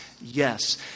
Yes